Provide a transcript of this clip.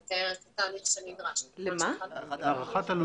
קודם כל מדברים עם כמה רשויות מקומיות ועושים לפי ההערכות שלהם